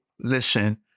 listen